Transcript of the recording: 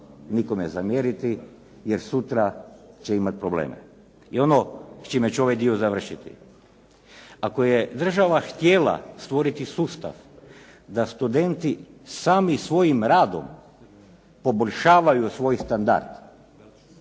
nikome zamjeriti, jer sutra će imati probleme. I ono s čime ću ovaj dio završiti. Ako je država htjela stvoriti sustav da studenti sami svojim radom poboljšavaju svoj standard,